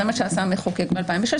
זה מה שעשה המחוקק מ-2016,